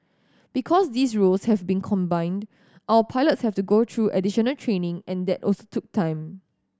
because these roles have been combined our pilots have to go through additional training and that also took time